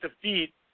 defeat